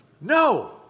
No